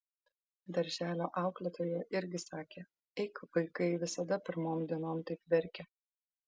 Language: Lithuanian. darželio auklėtoja irgi sakė eik vaikai visada pirmom dienom taip verkia